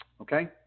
Okay